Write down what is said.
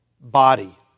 body